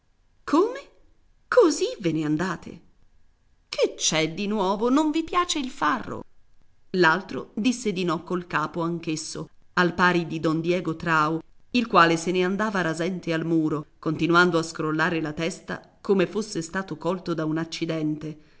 come così ve ne andate che c'è di nuovo non vi piace il farro l'altro disse di no col capo anch'esso al pari di don diego trao il quale se ne andava rasente al muro continuando a scrollare la testa come fosse stato colto da un accidente